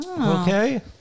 Okay